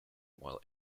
while